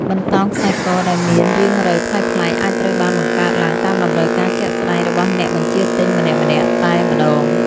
បន្តោងខ្សែកដែលមានរាងរៅប្លែកៗអាចត្រូវបានបង្កើតឡើងតាមតម្រូវការជាក់ស្តែងរបស់អ្នកបញ្ជាទិញម្នាក់ៗតែម្តង។